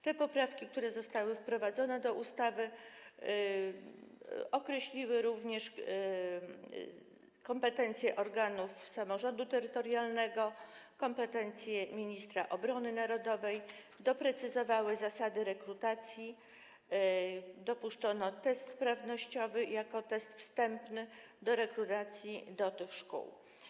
Te poprawki, które zostały wprowadzone do ustawy, określiły również kompetencje organów samorządu terytorialnego, kompetencje ministra obrony narodowej, doprecyzowały zasady rekrutacji, dopuszczono test sprawnościowy jako test wstępny do rekrutacji do tych szkół.